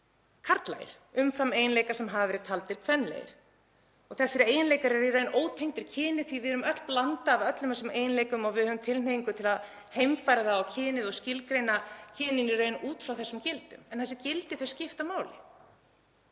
taldir karllægir umfram eiginleika sem hafa verið taldir kvenlægir. Þessir eiginleikar eru í raun ótengdir kyni því við erum öll blanda af öllum þessum eiginleikum en við höfum tilhneigingu til að heimfæra það á kyn og skilgreina kynin í raun út frá þessum gildum. En þessi gildi skipta máli.